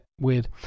weird